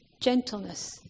gentleness